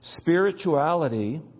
Spirituality